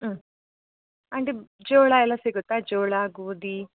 ಹಾಂ ಆಂಟಿ ಜೋಳ ಎಲ್ಲ ಸಿಗುತ್ತಾ ಜೋಳ ಗೋಧಿ